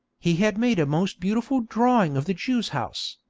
he had made a most beautiful drawing of the jews' house,